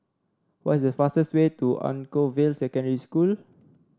what is the fastest way to Anchorvale Secondary School